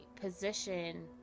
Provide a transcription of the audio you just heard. position